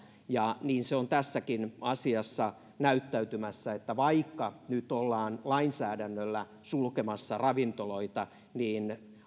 ja niin se on tässäkin asiassa näyttäytymässä että vaikka nyt ollaan lainsäädännöllä sulkemassa ravintoloita niin